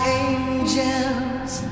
angels